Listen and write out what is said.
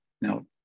Now